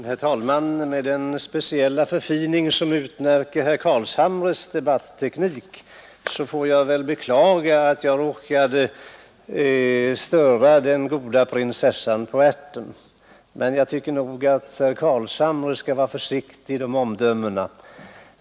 Herr talman! Med tanke på den speciella förfining som utmärker herr Carlshamres debatteknik får jag väl beklaga att jag råkade störa den goda ”prinsessan på ärten”. Men jag tycker nog att herr Carlshamre skall vara försiktig i sina omdömen.